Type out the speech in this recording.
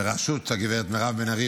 בראשות גב' מירב בן ארי,